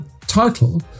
title